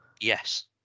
Yes